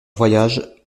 voyage